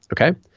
Okay